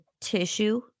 tissue